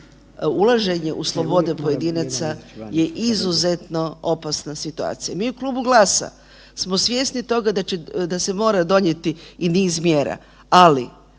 ulaženje u slobodu pojedinaca je izuzetno opasna situacija. Mi u klubu GLAS-a smo svjesni toga da se mora donijeti i niz mjera,